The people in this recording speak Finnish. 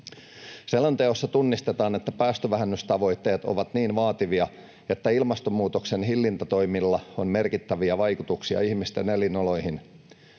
Selonteossa tunnistetaan, että päästövähennystavoitteet ovat niin vaativia, että ilmastonmuutoksen hillintätoimilla on merkittäviä vaikutuksia ihmisten elinoloihin.